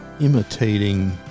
imitating